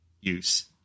use